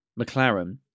McLaren